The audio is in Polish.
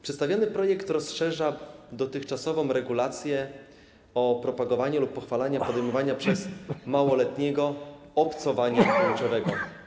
Przedstawiony projekt rozszerza dotychczasową regulację o propagowaniu lub pochwalaniu podejmowania przez małoletniego obcowania płciowego.